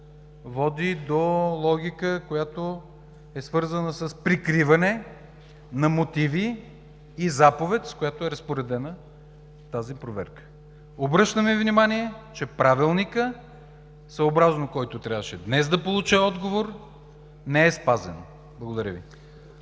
води до логика, свързана с прикриване на мотиви и заповед, с която е разпоредена тази проверка. Обръщам Ви внимание, че Правилникът, съобразно който трябваше днес да получа отговор, не е спазен. Благодаря Ви.